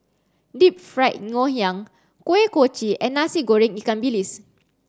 Deep Fried Ngoh Hiang Kuih Kochi and Nasi Goreng Ikan Bilis